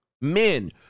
men